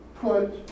put